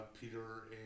Peter